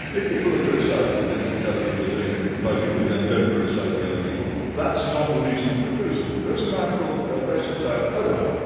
if people are criticized for things which other people are doing by people who then don't criticize the other people, that's not the reason for the criticism. there is a man called recep tayyip erdogan,